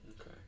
Okay